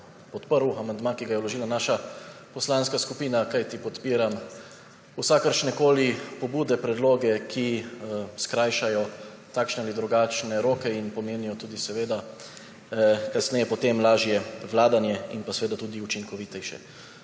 podprl amandma, ki ga je vložila naša poslanska skupina, kajti podpiram vsakršnekoli pobude, predloge, ki skrajšajo takšne ali drugačne roke in pomenijo kasneje lažje vladanje, in tudi učinkovitejše.